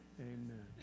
Amen